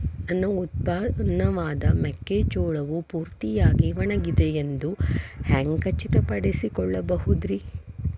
ನನ್ನ ಉತ್ಪನ್ನವಾದ ಮೆಕ್ಕೆಜೋಳವು ಪೂರ್ತಿಯಾಗಿ ಒಣಗಿದೆ ಎಂದು ಹ್ಯಾಂಗ ಖಚಿತ ಪಡಿಸಿಕೊಳ್ಳಬಹುದರೇ?